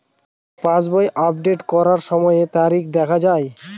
পাসবই update করার সময়ে তারিখ দেখা য়ায়?